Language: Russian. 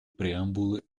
преамбулы